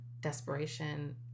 desperation